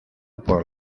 por